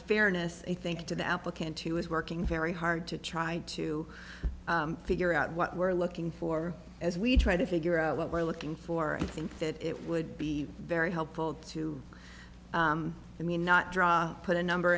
fairness i think to the applicant who is working very hard to try to figure out what we're looking for as we try to figure out what we're looking for and think that it would be very helpful to me not draw put a number